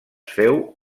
féu